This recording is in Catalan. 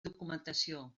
documentació